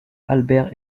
albert